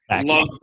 Love